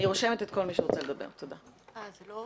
התשובה היא